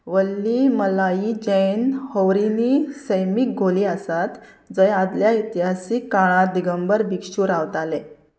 वल्ली मलाई जैन हौरीनी सैमीक घोली आसात जंय आदल्या इतिहासीक काळांत दिगंबर भिक्षू रावताले